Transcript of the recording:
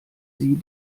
sie